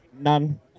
None